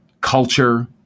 culture